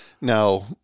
Now